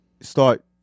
start